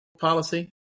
policy